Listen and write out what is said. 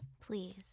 Please